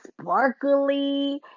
sparkly